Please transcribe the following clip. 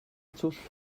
twll